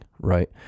right